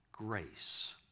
grace